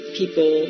people